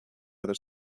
other